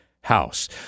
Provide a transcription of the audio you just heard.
house